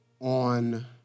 on